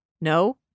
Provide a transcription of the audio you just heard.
No